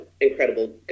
incredible